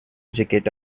jacket